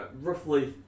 roughly